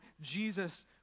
Jesus